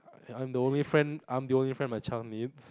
I am the only friend I am the only friend my child needs